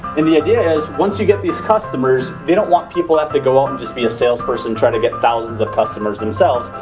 and the idea is once you get these customers, they don't want people to have to go out and just be a salesperson try to get thousands of customers themselves,